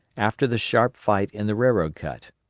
after the sharp fight in the railroad cut.